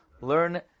learn